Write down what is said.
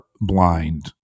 blind